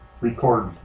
record